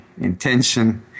intention